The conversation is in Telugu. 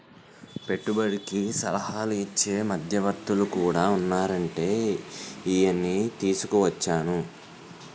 పెట్టుబడికి సలహాలు ఇచ్చే మధ్యవర్తులు కూడా ఉన్నారంటే ఈయన్ని తీసుకుని వచ్చేను